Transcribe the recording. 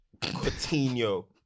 Coutinho